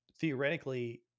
theoretically